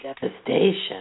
devastation